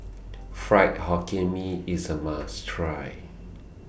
Fried Hokkien Mee IS A must Try